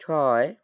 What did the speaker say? ছয়